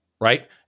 right